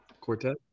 Quartet